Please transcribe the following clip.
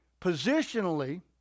positionally